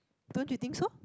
don't you think so